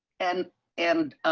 and and